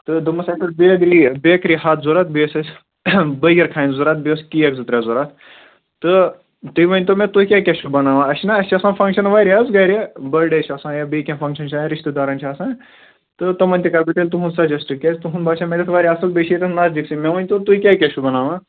تہٕ دوٚپمس اَسہِ ٲس بٮ۪کری ہَتھ ضوٚرَتھ بیٚیہِ ٲس اَسہِ بٲگِر خَنہِ ضوٚرَتھ بیٚیہِ اوس کیک زٕ ترٛےٚ ضوٚرَتھ تہٕ تُہۍ ؤنۍتو مےٚ تُہۍ کیٛاہ کیٛاہ چھُو بناوان اَسہِ چھِنَہ اَسہِ چھِ آسان فنٛگشَن وارِیاہ حظ گَرِ بٔرٕڈے چھُ آسان یا بیٚیہِ کیٚنٛہہ فنٛگشن چھُ آسان رشتہٕ دارن چھِ آسان تہٕ تِمن تہِ کر بہٕ تیٚلہِ تُہنٛد سجَشٹ کیٛازِ تُہُنٛد باسیو مےٚ وارِیاہ اصٕل بیٚیہِ چھِ ییٚتٮ۪ن نزدیٖکھسٕے مےٚ ؤنۍتو تُہۍ کیٛاہ کیٛاہ چھُو بناوان